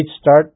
start